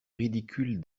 ridicules